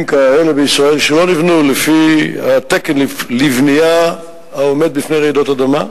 שלא נבנו לפי התקן לבנייה העומד בפני רעידות אדמה.